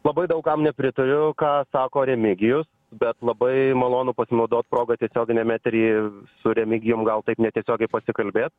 labai daug kam nepritariu ką sako remigijus bet labai malonu pasinaudot proga tiesioginiam etery su remigijum gal taip netiesiogiai pasikalbėt